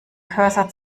cursor